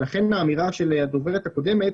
לכן האמירה של הדוברת הקודמת